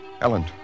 Ellen